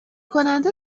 کننده